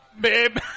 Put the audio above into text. babe